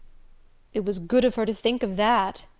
it was good of her to think of that!